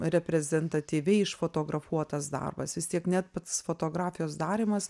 reprezentatyviai išfotografuotas darbas vis tiek net pats fotografijos darymas